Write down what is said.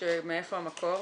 מאיפה המקור?